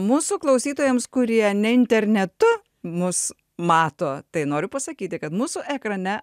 mūsų klausytojams kurie ne internetu mus mato tai noriu pasakyti kad mūsų ekrane